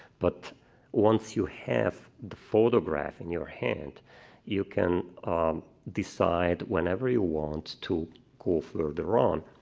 but once you have the photograph in your hand you can decide whenever you want to go further on.